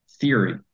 theory